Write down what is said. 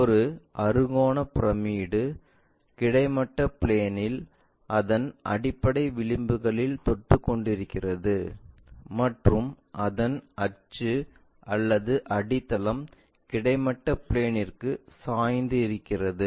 ஒரு அறுகோண பிரமிடு கிடைமட்ட பிளேன்இல் அதன் அடிப்படை விளிம்புகளில் தொட்டுக் கொண்டிருக்கிறது மற்றும் அதன் அச்சு அல்லது அடித்தளம் கிடைமட்ட பிளேன்ற்கு சாய்ந்து இருக்கிறது